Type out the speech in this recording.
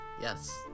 yes